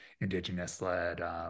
Indigenous-led